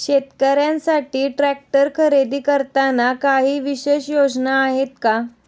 शेतकऱ्यांसाठी ट्रॅक्टर खरेदी करताना काही विशेष योजना आहेत का?